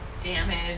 damage